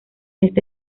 este